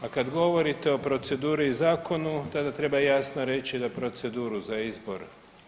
A kad govorite o proceduri i zakonu, tada treba jasno reći da proceduru za izbor